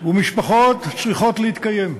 ומשפחות צריכות להתקיים.